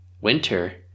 Winter